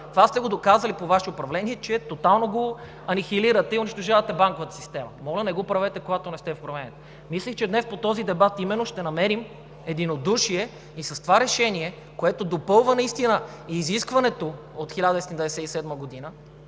Това сте го доказали по Вашето управление, че тотално анихилирате и унищожавате банковата система. Моля, не го правете, когато не сте в управлението. Мислих, че именно днес по този дебат ще намерим единодушие с това решение, което допълва изискването от 1997 г.,